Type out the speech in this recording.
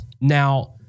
Now